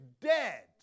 dead